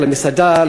למסעדה,